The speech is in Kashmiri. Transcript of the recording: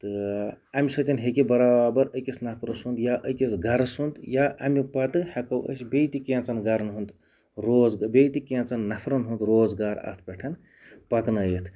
تہٕ امہِ سۭتٮ۪ن ہیٚکہِ بَرابَر اکِس نَفرٕ سُنٛد یا اکِس گَرٕ سُنٛد یا امہِ پَتہٕ ہیٚکو أسۍ بییٚہِ تہِ کیٚنٛژَن گَرَن ہُنٛد روزگا بییٚہِ تہِ کیٚنٛژَن نَفرَن ہُنٛد روزگار اَتھ پیٚٹَھن پَکنٲیِتھ